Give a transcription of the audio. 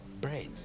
Bread